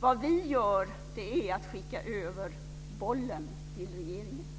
Vad vi gör är att vi skickar över bollen till regeringen.